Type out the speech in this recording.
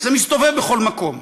זה מסתובב בכל מקום.